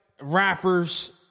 Rappers